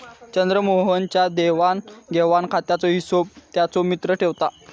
चंद्रमोहन च्या देवाण घेवाण खात्याचो हिशोब त्याचो मित्र ठेवता